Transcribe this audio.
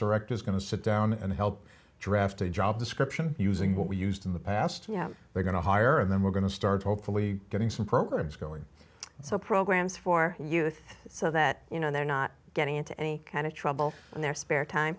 director is going to sit down and help draft a job been using what we used in the past yeah they're going to hire and then we're going to start hopefully getting some programs going so programs for youth so that you know they're not getting into any kind of trouble in their spare time